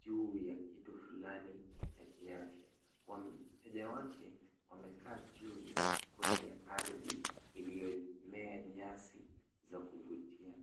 juu ya kitu fulani ya kiafya. Wateja wake wamekaa chini kwenye ardhi iliyomea nyasi za kuvutia.